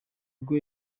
bwo